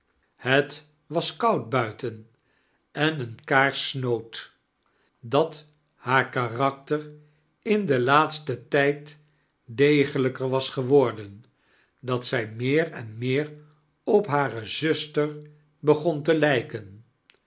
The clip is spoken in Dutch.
t was koud buiten en eene kaairs snoot dat haar karakter in den laatsten tijd degelijker was geworden dat zij meer en meer op hare zuster begon te lijken